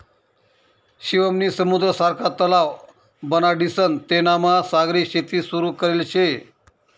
शिवम नी समुद्र सारखा तलाव बनाडीसन तेनामा सागरी शेती सुरू करेल शे